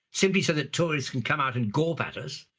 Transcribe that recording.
simply so that tourists can come out and gawp at us,